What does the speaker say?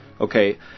Okay